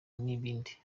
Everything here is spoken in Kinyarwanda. n’ibindi